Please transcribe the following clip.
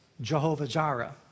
Jehovah-Jireh